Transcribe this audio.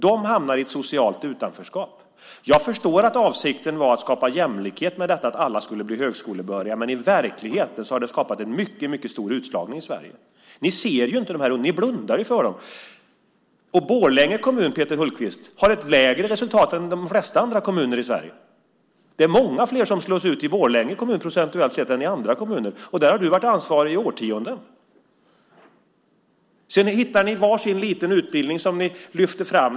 De hamnar i ett socialt utanförskap. Jag förstår att avsikten med att alla skulle bli högskolebehöriga var att skapa jämlikhet. Men i verkligheten har det skapat en mycket stor utslagning i Sverige. Ni ser ju inte de här ungdomarna; ni blundar ju för dem. Borlänge kommun, Peter Hultqvist, har ett lägre resultat än de flesta andra kommuner i Sverige. Det är procentuellt sett många fler som slås ut i Borlänge kommun än i andra kommuner, och där har du varit ansvarig i årtionden. Sedan hittar ni varsin liten utbildning som ni lyfter fram.